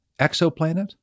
exoplanet